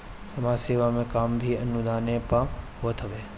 समाज सेवा के काम भी अनुदाने पअ होत हवे